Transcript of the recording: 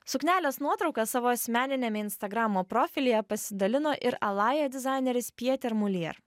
suknelės nuotrauka savo asmeniniame instagramo profilyje pasidalino ir alaja dizaineris pieter mulier